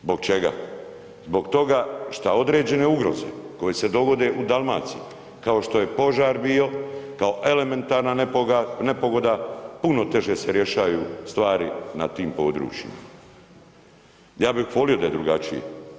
Zbog čega? zbog toga šta određene ugroze koje se dogode u Dalmaciji kao što je požar bio, kao elementarna nepogoda puno teže se rješaju stvari na tim područjima, ja bih volio da je drugačije.